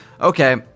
Okay